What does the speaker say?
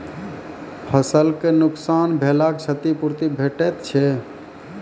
फसलक नुकसान भेलाक क्षतिपूर्ति भेटैत छै?